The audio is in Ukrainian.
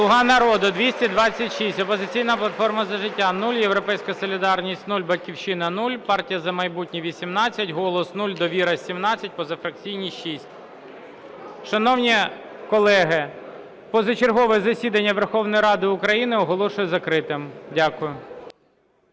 "Слуга народу" – 226, "Опозиційна платформа – За життя" – 0, "Європейська солідарність" – 0, "Батьківщина" – 0, "Партія "За майбутнє" – 18, "Голос" – 0, "Довіра" – 17, позафракційні – 6. Шановні колеги, позачергове засідання Верховної Ради України оголошую закритим. Дякую.